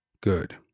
good